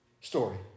story